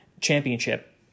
championship